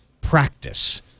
practice